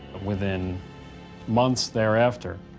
within months thereafter,